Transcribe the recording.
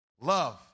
love